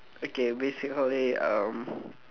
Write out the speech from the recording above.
okay basically um